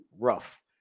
rough